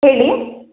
ಹೇಳಿ